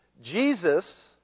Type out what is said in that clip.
Jesus